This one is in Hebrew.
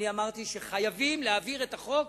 אני אמרתי שחייבים להעביר את החוק,